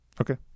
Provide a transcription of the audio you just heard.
Okay